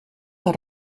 haar